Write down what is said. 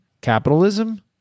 capitalism